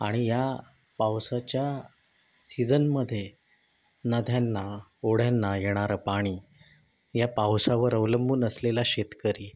आणि या पावसाच्या सीझनमध्ये नद्यांना ओढ्यांना येणारं पाणी या पावसावर अवलंबून असलेला शेतकरी